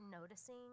noticing